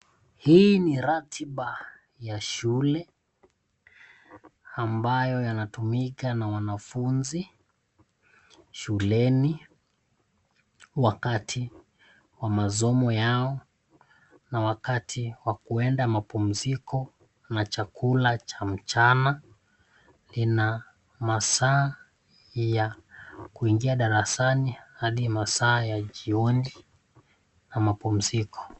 Hii ni tatiba ya shule ambayo inatumika na wanafunzi, shuleni wakati wa masomo yao, na wakati wa kuenda mapumziko na chakula cha mchana, ina masaa ya kuingia darasani hadi masaa ya jioni, na mapumziko.